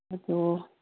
ꯑꯗꯨ